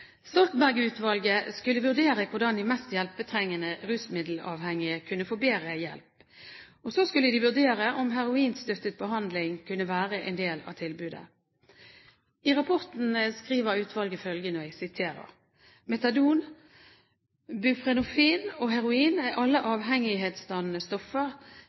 skulle vurdere hvordan de mest hjelpetrengende rusmiddelavhengige kunne få bedre hjelp. De skulle også vurdere om heroinstøttet behandling kunne være en del av tilbudet. I rapporten skriver utvalget følgende: «Metadon, buprenorfin og heroin er alle avhengighetsdannende stoffer.